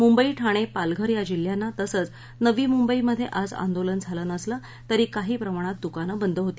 मुंबई ठाण पालघर या जिल्ह्यांना तसंच नवी मुंबई मध्य आज आंदोलन झालं नसलं तरी काही प्रमाणात दुकानं बंद होती